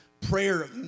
prayer